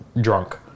drunk